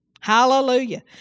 Hallelujah